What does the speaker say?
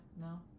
no